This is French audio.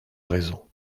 raison